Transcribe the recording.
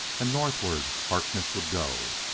and northward harkness would go,